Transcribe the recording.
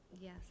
Yes